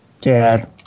Dad